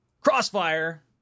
Crossfire